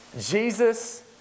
Jesus